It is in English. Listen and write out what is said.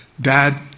Dad